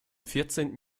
vierzehnten